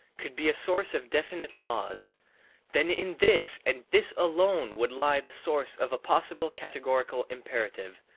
could be a source of definite laws then in this and this alone would lie the source of a possible categorical imperative,